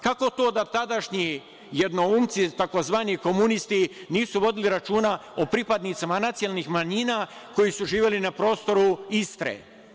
Kako to da tadašnji jednoumci, tzv. komunisti, nisu vodili računa o pripadnicima nacionalnih manjina koji su živeli na prostoru Istre?